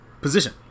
position